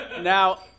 Now